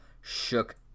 shook